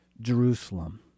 Jerusalem